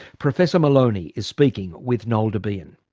professor melloni is speaking with noel debien.